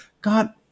God